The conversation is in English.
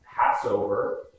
Passover